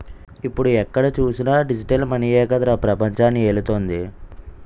ఇప్పుడు ఎక్కడ చూసినా డిజిటల్ మనీయే కదరా పెపంచాన్ని ఏలుతోంది